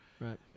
right